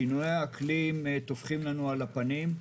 שינויי האקלים טופחים לנו על הפנים.